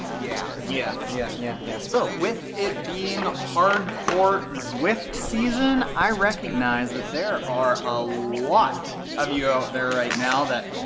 yeah. yeah. yeah, yeah, yeah. so, with it being hard core zwift season, i recognize that there are a lot of you out there right now that,